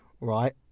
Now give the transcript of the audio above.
right